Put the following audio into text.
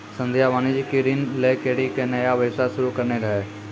संध्या वाणिज्यिक ऋण लै करि के नया व्यवसाय शुरू करने रहै